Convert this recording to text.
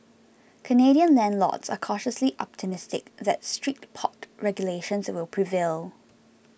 Canadian landlords are cautiously optimistic that strict pot regulations will prevail